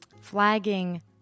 flagging